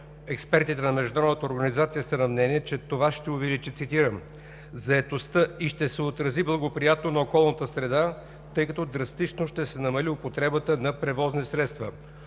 експертите на Международната организация са на мнение, че това ще „увеличи заетостта и ще се отрази благоприятно на околната среда, тъй като драстично ще се намали употребата на превозни средства”.